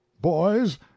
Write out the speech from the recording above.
Boys